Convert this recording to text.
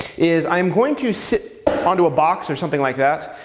is i'm going to sit onto a box or something like that,